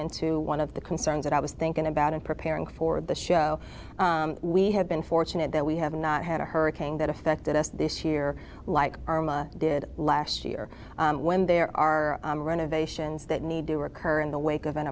into one of the concerns that i was thinking about in preparing for the show we have been fortunate that we have not had a hurricane that affected us this year like arma did last year when there are renovations that need to occur in the wake of an